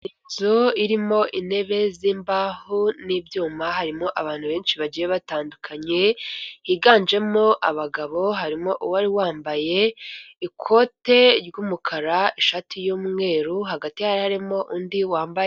Inzu irimo intebe z'imbaho n'ibyuma harimo abantu benshi bagiye batandukanye, higanjemo abagabo harimo uwari wambaye ikote ry'umukara, ishati y'mweru, hagati hari harimo undi wambaye.